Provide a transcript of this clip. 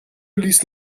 ließ